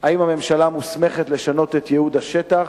3. האם הממשלה מוסמכת לשנות את ייעוד השטח?